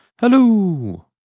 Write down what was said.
Hello